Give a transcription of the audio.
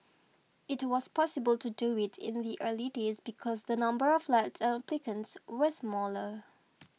it was possible to do it in the early days because the number of flats and applicants were smaller